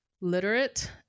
literate